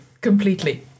completely